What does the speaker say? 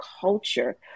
culture